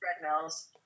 treadmills